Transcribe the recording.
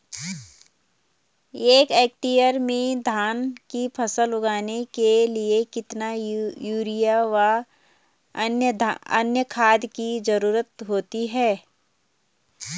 एक हेक्टेयर में धान की फसल उगाने के लिए कितना यूरिया व अन्य खाद की जरूरत होती है?